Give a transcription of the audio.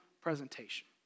presentation